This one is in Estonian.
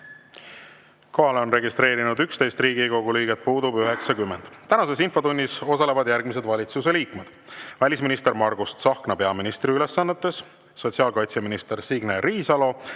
on registreerunud 11 Riigikogu liiget, puudub 90. Tänases infotunnis osalevad järgmised valitsuse liikmed: välisminister Margus Tsahkna peaministri ülesannetes, sotsiaalkaitseminister Signe Riisalo